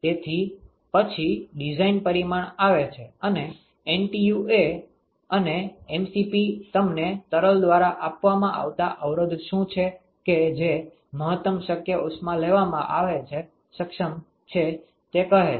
તેથી પછી ડિઝાઇન પરિમાણ આવે છે અને NTU અને mCp તમને તરલ દ્વારા આપવામાં આવતા અવરોધ શું છે કે જે મહત્તમ શક્ય ઉષ્મા લેવામાં સક્ષમ છે તે કહે છે